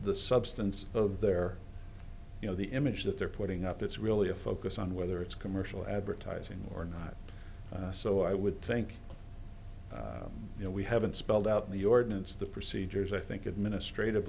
the substance of their you know the image that they're putting up it's really a focus on whether it's commercial advertising or not so i would think you know we haven't spelled out the ordinance the procedures i think administrative